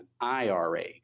IRA